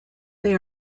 they